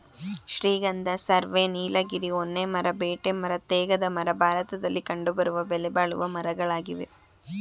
ಶ್ರೀಗಂಧ, ಸರ್ವೆ, ನೀಲಗಿರಿ, ಹೊನ್ನೆ ಮರ, ಬೀಟೆ ಮರ, ತೇಗದ ಮರ ಭಾರತದಲ್ಲಿ ಕಂಡುಬರುವ ಬೆಲೆಬಾಳುವ ಮರಗಳಾಗಿವೆ